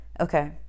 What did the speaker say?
Okay